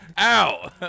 Ow